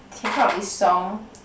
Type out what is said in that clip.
have you heard of this song